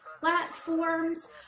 platforms